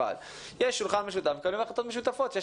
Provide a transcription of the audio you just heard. יש שולחן משותף ומקבלים החלטות משותפות שיש